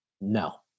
no